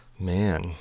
Man